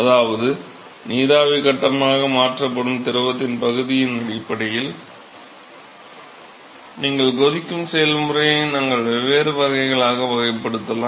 அதாவது நீராவி கட்டமாக மாற்றப்படும் திரவத்தின் பகுதியின் அடிப்படையில் நீங்கள் கொதிக்கும் செயல்முறையை நான்கு வெவ்வேறு வகைகளாக வகைப்படுத்தலாம்